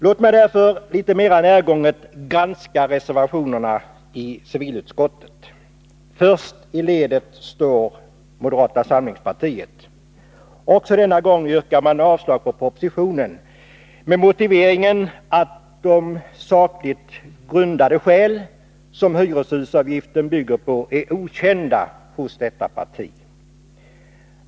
Låt mig därför litet mera närgånget granska reservationerna i civilutskottets betänkande. Först i ledet står moderata samlingspartiet. Även denna gång yrkar moderaterna avslag på propositionen och då med motiveringen att de sakligt grundade skäl som hyreshusavgiften bygger på är okända i Nr 52 partiet.